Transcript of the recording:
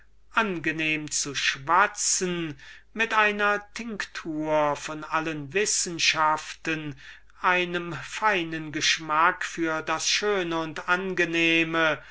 angenehm zu schwatzen mit einer tinktur von allen wissenschaften einem feinen geschmack in dem schönen und angenehmen